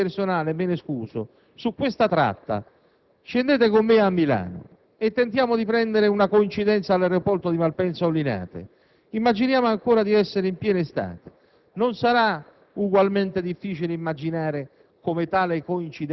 Visto che idealmente vi ho condotto attraverso il racconto di un'esperienza personale - e me ne scuso - su questa tratta, scendete con me a Milano e tentiamo di prendere una coincidenza all'aeroporto di Malpensa o Linate. Immaginiamo di essere ancora in piena estate: